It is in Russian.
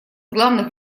главных